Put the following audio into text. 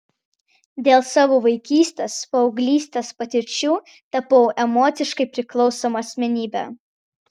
dėl savo vaikystės paauglystės patirčių tapau emociškai priklausoma asmenybe